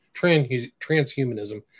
Transhumanism